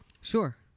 Sure